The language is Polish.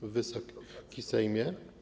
Wysoki Sejmie!